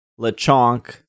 Lechonk